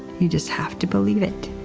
you just have to believe it.